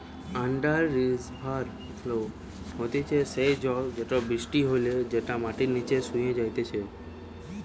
under river flow হতিছে সেই জল যেটা বৃষ্টি হলে যেটা মাটির নিচে শুষে যাইতিছে